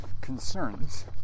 concerns